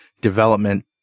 development